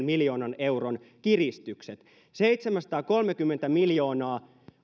miljoonan euron kiristykset seitsemänsataakolmekymmentä miljoonaa